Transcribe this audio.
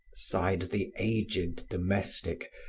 sighed the aged domestic,